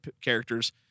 characters